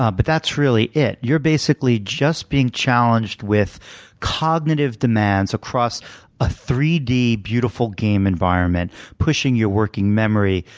ah but that's really it. you're basically just being challenged with cognitive demands across a three d, beautiful game environment, pushing your working memory,